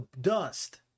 dust